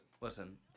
listen